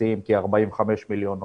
מסיעים כ-45 מיליון נוסעים.